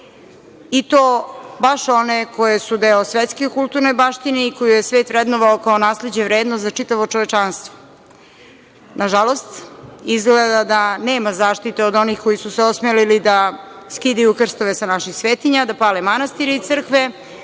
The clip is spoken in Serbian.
i to baš one koje su deo svetske kulturne baštine i koje je svet vrednovao kao nasleđe vredno za čitavo čovečanstvo. Nažalost, izgleda da nema zaštite od onih koji su se osmelili da skidaju krstove sa naših svetinja, da pale manastire i crkve,